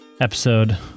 episode